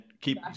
keep